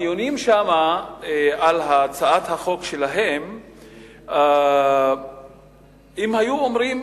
בדיונים שם על הצעת החוק שלהם הם היו אומרים,